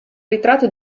ritratto